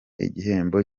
igihembo